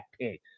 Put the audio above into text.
pig